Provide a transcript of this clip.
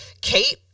Kate